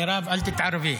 מירב, אל תתערבי.